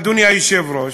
אדוני היושב-ראש,